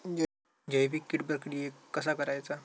जैविक कीड प्रक्रियेक कसा करायचा?